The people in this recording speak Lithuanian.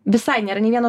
visai nėra nei vieno